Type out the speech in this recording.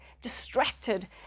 distracted